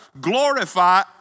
Glorify